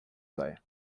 sei